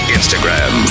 Instagram